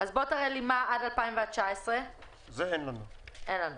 תראה לי מה עד 2019. אין לנו את זה.